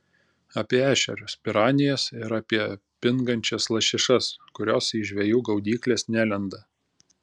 apie ešerius piranijas ir apie pingančias lašišas kurios į žvejų gaudykles nelenda